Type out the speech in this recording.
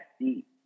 deep